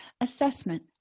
Assessment